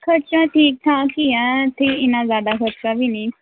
ਖਰਚਾ ਠੀਕ ਹੈ ਠੀਕ ਠਾਕ ਇੱਥੇ ਇੰਨਾ ਜ਼ਿਆਦਾ ਖਰਚਾ ਵੀ ਨਹੀਂ